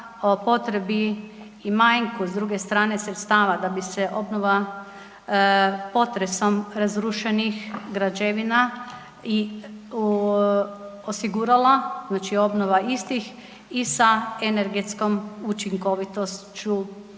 potrebi i manjku s druge sredstva da bi se obnova potresom razrušenih građevina i osigurala, znači obnova istiha i sa energetskom učinkovitošću